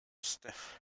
stiff